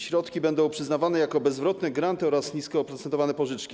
Środki będą przyznawane jako bezzwrotne granty oraz nisko oprocentowane pożyczki.